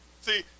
See